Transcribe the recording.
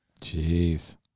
Jeez